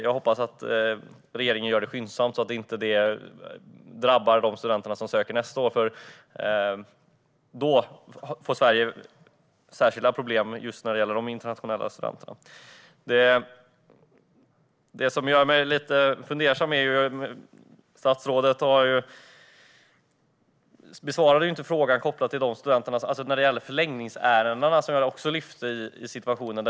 Jag hoppas att regeringen gör det skyndsamt så att detta inte drabbar de studenter som söker nästa år. Annars får Sverige särskilda problem med de internationella studenterna. Jag blir dock lite fundersam över att statsrådet inte besvarade frågan om förlängningsärenden, som jag också tog upp.